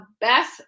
best